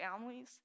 families